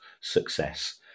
success